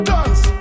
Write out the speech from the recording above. Dance